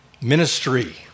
ministry